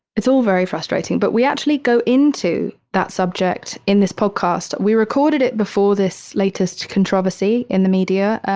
it's all very frustrating. but we actually go into that subject in this podcast. we recorded it before this latest controversy in the media.